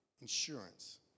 Insurance